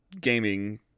gaming